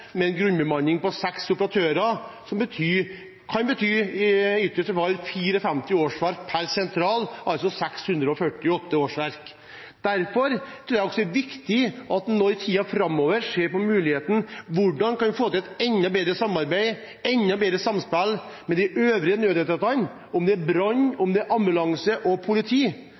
med en grunnbemanning på seks operatører, som i ytterste fall kan bety 54 årsverk per sentral, altså 648 årsverk. Derfor tror jeg det også er viktig at en nå i tiden framover ser på muligheten for å få til et enda bedre samarbeid, et enda bedre samspill, mellom de øvrige nødetatene – om det er brann,